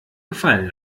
gefallen